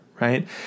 right